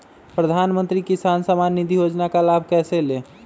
प्रधानमंत्री किसान समान निधि योजना का लाभ कैसे ले?